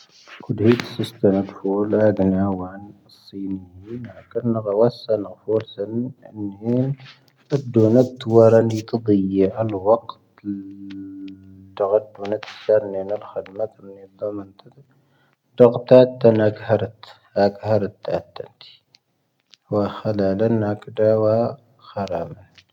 ⵇⵓⴷⵔⵉ ⵙⵓⵙⵜⴰⵏⵜ ⵀⵓⵍⴰⴷⵏⴰ ⴰⵙⵙⵉⵏ ⵉⵢⵏ ⵜⴰⴱⴷⵓ ⵏⴰⵜ ⵡⴰⵜⵜⴰⵔⵏ ⵜⴰⴷ ⵉⵢⵢⴰⵍ ⵡⴰⵇⵜ ⴰⴽⴰⵀⴰⵜ ⵔⴰⵜ ⵡⴰⵀⴰⵍⴰⵏ ⴰⵀⵍⴰⵡⴰⵏ.